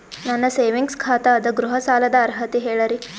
ನನ್ನ ಸೇವಿಂಗ್ಸ್ ಖಾತಾ ಅದ, ಗೃಹ ಸಾಲದ ಅರ್ಹತಿ ಹೇಳರಿ?